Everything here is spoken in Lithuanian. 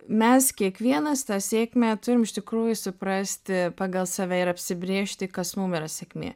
mes kiekvienas tą sėkmę turim iš tikrųjų suprasti pagal save ir apsibrėžti kas mum yra sėkmė